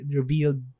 revealed